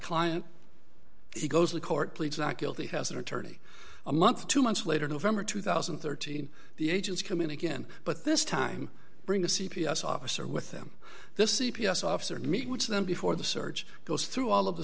client he goes to court pleads not guilty has an attorney a month two months later november two thousand and thirteen the agents come in again but this time bring the c p s officer with him this is p s officer meet with them before the search goes through all of the